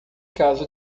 caso